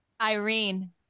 Irene